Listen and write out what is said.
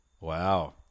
Wow